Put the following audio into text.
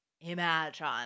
imagine